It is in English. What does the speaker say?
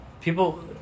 People